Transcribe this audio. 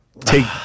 take